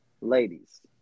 Ladies